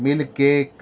milk cake